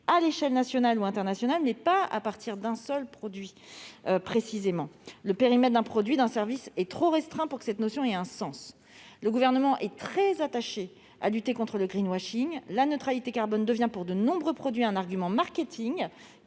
à l'échelle nationale ou internationale, mais pas à partir d'un seul produit. Le périmètre d'un produit ou d'un service est trop restreint pour que cette notion ait un sens. Le Gouvernement est très attaché à lutter contre le. La neutralité carbone devient pour de nombreux produits un argument marketing,